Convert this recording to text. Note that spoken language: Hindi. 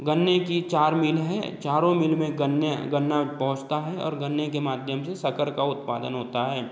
गन्ने कि चार मिल है चारों मिल में गन्ने गन्ना पहोचता है और गन्ने के माध्यम से शक्कर का उत्पादन होता है